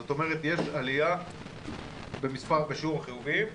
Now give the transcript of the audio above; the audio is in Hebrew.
זאת אומרת שיש עלייה במס', בשיעור החיוביים.